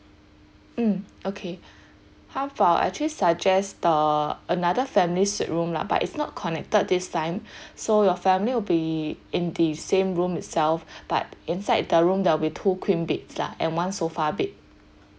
mm okay how about actually suggest the another family suite room lah but it's not connected this time so your family will be in the same room itself but inside the room there'll be two queen beds lah and one sofa bed